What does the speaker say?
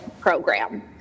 program